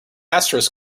asterisk